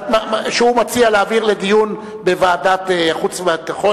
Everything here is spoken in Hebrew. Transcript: שהוא מציע להעביר לדיון בוועדת חוץ וביטחון.